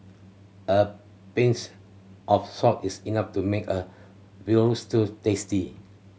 a pinch of salt is enough to make a veal stew tasty